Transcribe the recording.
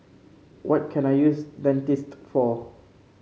what can I use Dentiste for